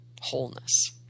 wholeness